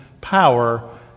power